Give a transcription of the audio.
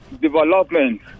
development